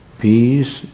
Peace